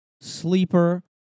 sleeper